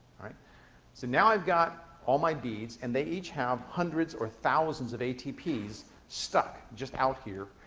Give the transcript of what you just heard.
so now i've got all my beads and they each have hundreds or thousands of atps stuck, just out here,